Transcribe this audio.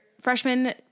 freshman